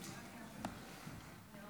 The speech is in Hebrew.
כבוד